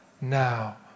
now